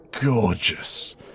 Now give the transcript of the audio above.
gorgeous